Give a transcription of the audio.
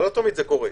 אבל לא תמיד זה קורה.